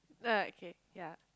no okay ya